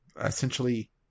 essentially